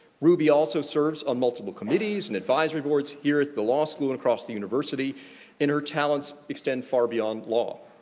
ruby also serves on multiple committees and advisory boards here at the law school and across the university and her talents extend far beyond law.